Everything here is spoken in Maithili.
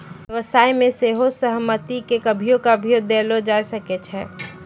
व्यवसाय मे सेहो सहमति के कभियो कभियो देलो जाय सकै छै